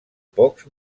pocs